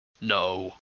No